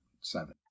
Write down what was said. seven